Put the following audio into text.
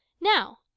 now